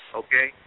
okay